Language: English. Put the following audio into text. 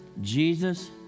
Jesus